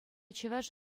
чӑваш